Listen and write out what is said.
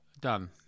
done